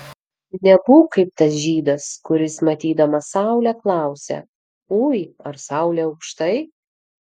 nebūk kaip tas žydas kuris matydamas saulę klausia ui ar saulė aukštai